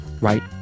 right